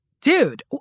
Dude